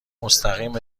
مستقیم